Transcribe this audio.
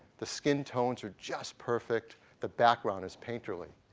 the skin tones are just perfect. the background is painterly.